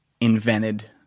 invented